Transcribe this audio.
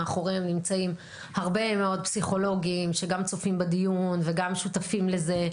מאחוריהם נמצאים הרבה מאוד פסיכולוגים שגם צופים בדיון וגם שותפים לזה,